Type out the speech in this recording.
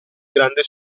grande